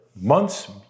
months